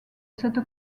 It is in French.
cette